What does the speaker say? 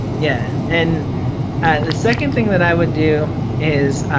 yeah and the second thing that i would do is